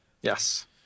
yes